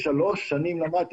שלוש שנים למדתי.